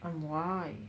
and why